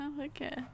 okay